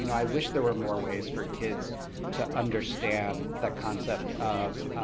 you know i wish there were more ways for kids to understand the concept of